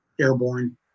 airborne